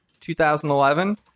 2011